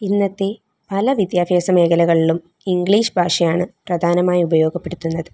ഇന്നത്തെ പല വിദ്യാഭ്യാസ മേഖലകളിലും ഇംഗ്ലീഷ് ഭാഷയാണ് പ്രധാനമായും ഉപയോഗപ്പെടുത്തുന്നത്